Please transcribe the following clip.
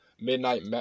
midnight